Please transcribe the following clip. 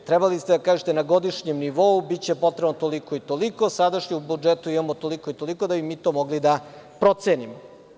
Trebali ste da kažete na godišnjem nivou biće potrebno toliko i toliko, a sada u budžetu imamo toliko i toliko, da bi mi to mogli da procenimo.